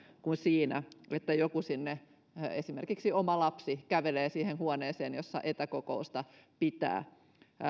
kuin siinä että joku esimerkiksi oma lapsi kävelee siihen huoneeseen jossa etäkokousta pitää